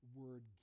word